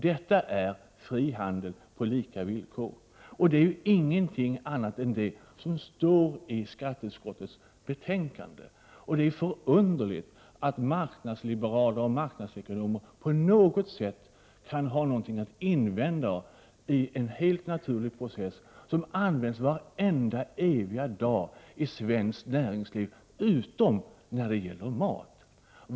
Detta är fri handel på lika villkor, och det är ingenting annat än det som står i skatteutskottets betänkande. Det är förunderligt att marknadsliberaler och marknadsekonomer kan ha något som helst att invända i en helt naturlig process, som används varenda dag i svenskt näringsliv, utom när det gäller mat.